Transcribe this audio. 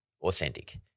authentic